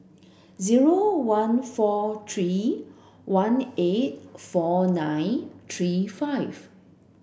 zero one four three one eight four nine three five